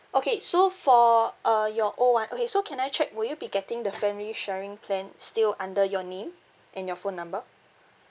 okay so for uh your old [one] okay so can I check will you be getting the family sharing plan still under your name and your phone number